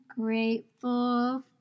grateful